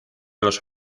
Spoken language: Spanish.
los